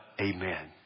amen